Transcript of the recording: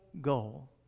goal